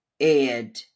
Ed